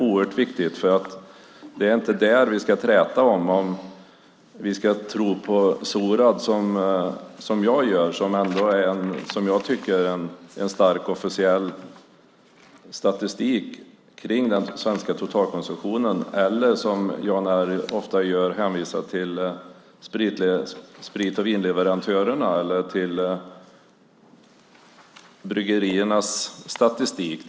Det är inte det vi ska träta om, om vi ska tro på Sorad, som jag gör, som ändå har en som jag tycker stark officiell statistik över den svenska totalkonsumtionen eller, som Jan R ofta gör, hänvisa till sprit och vinleverantörerna eller till bryggeriernas statistik.